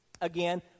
again